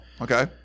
Okay